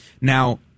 Now